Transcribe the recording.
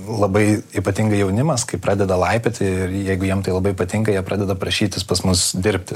labai ypatingai jaunimas kai pradeda laipioti jeigu jiem tai labai patinka jie pradeda prašytis pas mus dirbti